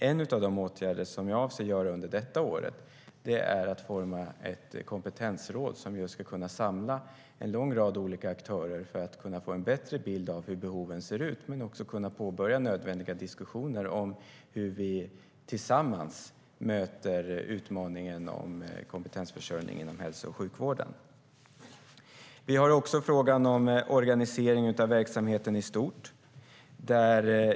En av de åtgärder jag avser att vidta under det här året är att bilda ett kompetensråd som ska samla en lång rad olika aktörer för att få en bättre bild av hur behoven ser ut men också påbörja nödvändiga diskussioner om hur vi tillsammans möter utmaningen om kompetensförsörjning inom hälso och sjukvården. Vi har också frågan om organisering av verksamheten i stort.